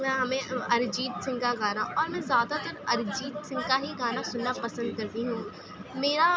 وہ ہمیں ارجیت سنگھ کا گانا اور میں زیادہ تر ارجیت سنگھ کا ہی گانا سننا پسند کرتی ہوں میرا